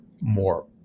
more